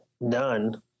none